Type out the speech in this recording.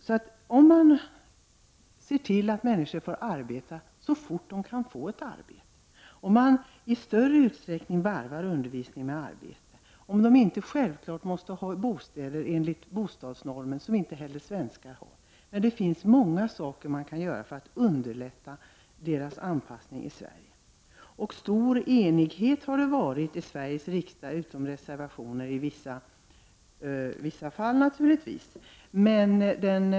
Man kan se till att flyktingarna får arbete så fort de kan få ett arbete, man kan i större utsträckning varva undervisning med arbete, de måste inte som en självklarhet ha bostäder enligt bostadsnormen, som inte heller svenskar har — det finns många saker man kan göra för att underlätta deras anpassning i Sverige. Stor enighet har det varit i Sveriges riksdag, om man bortser från reservationer i vissa fall.